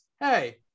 Hey